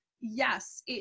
Yes